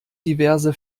diverse